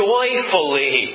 Joyfully